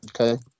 Okay